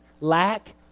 Lack